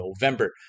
November